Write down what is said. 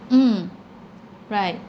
mm right